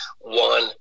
one